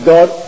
God